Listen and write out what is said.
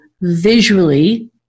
visually